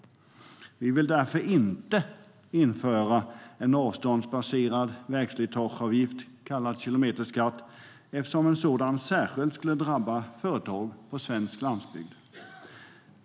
Vi vill inte införa en avståndsbaserad vägslitageavgift, kallad kilometerskatt, eftersom en sådan särskilt skulle drabba företag på svensk landsbygd.